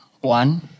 One